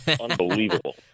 unbelievable